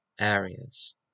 areas